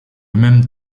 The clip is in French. même